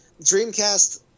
Dreamcast